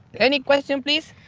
any questions please?